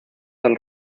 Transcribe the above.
del